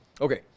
Okay